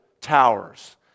towers